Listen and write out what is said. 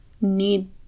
need